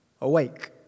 awake